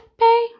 pay